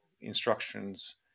instructions